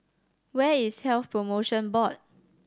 where is Health Promotion Board